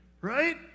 Right